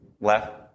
left